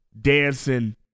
dancing